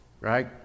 right